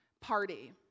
party